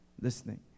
listening